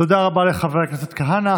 תודה רבה לחבר הכנסת כהנא.